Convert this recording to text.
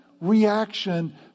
reaction